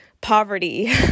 poverty